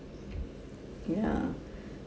ya